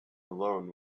alone